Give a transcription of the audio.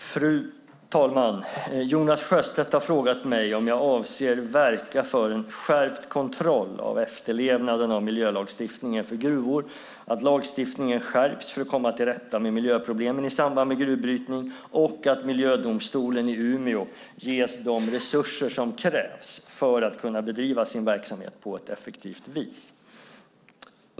Fru talman! Jonas Sjöstedt har frågat mig om jag avser att verka för en skärpt kontroll av efterlevnaden av miljölagstiftningen för gruvor, att lagstiftningen skärps för att komma till rätta med miljöproblemen i samband med gruvbrytning och att Miljödomstolen i Umeå ges de resurser som krävs för att kunna bedriva sin verksamhet på ett effektivt vis.